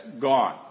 gone